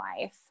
life